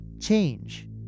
change